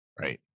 right